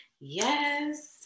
yes